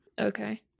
Okay